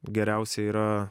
geriausia yra